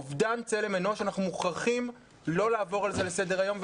אנחנו מוכרחים לא לעבור על זה לסדר-היום,